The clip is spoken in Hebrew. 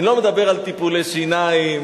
אני לא מדבר על טיפולי שיניים,